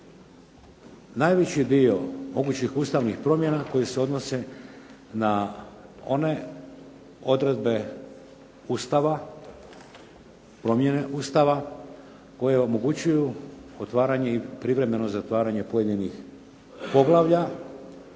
najveći dio mogućih ustavnih promjena koje se odnose na one odredbe Ustava, promjene Ustava koje omogućuju otvaranje i privremeno zatvaranje pojedinih poglavlja